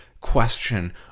question